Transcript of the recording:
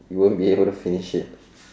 we won't be able to finish it